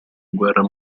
guerra